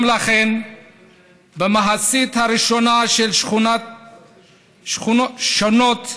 במחצית הראשונה של שנות